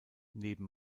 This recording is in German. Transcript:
neben